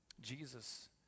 Jesus